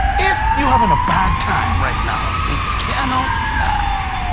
if you havin' a bad time right now, it cannot last!